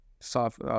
soft